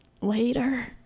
later